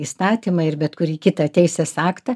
įstatymą ir bet kurį kitą teisės aktą